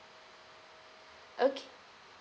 okay